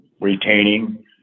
retaining